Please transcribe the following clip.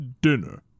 dinner